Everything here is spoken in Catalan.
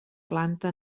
planta